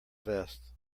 vest